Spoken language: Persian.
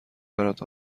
برات